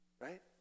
right